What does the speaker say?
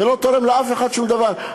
וזה לא תורם לאף אחד שום דבר,